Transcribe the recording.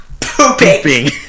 pooping